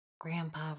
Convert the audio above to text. grandpa